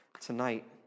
tonight